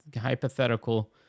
hypothetical